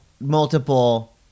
multiple